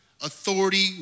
authority